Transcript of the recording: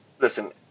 listen